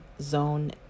zone